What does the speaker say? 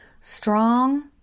Strong